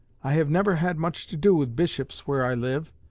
i have never had much to do with bishops where i live,